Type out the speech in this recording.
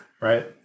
Right